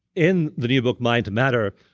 in the new book, mind to matter,